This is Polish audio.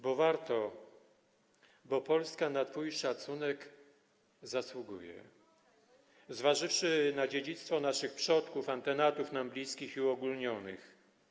Bo warto, bo Polska na twój szacunek zasługuje, zważywszy na dziedzictwo naszych przodków, antenatów nam bliskich i uogólnionych.